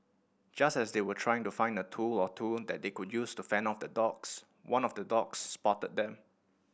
just as they were trying to find a tool or two that they could use to fend off the dogs one of the dogs spotted them